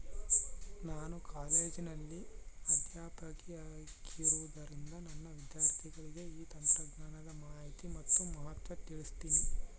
ನಾನು ಕಾಲೇಜಿನಲ್ಲಿ ಅಧ್ಯಾಪಕಿಯಾಗಿರುವುದರಿಂದ ನನ್ನ ವಿದ್ಯಾರ್ಥಿಗಳಿಗೆ ಈ ತಂತ್ರಜ್ಞಾನದ ಮಾಹಿನಿ ಮತ್ತು ಮಹತ್ವ ತಿಳ್ಸೀನಿ